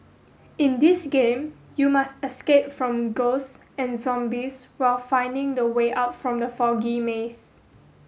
in this game you must escape from ghost and zombies while finding the way out from the foggy maze